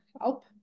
help